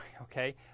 Okay